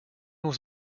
was